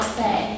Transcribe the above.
say